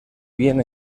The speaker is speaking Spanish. bien